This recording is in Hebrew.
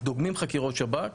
דוגמים חקירות שב"כ